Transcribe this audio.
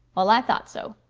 well, i thought so.